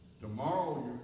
Tomorrow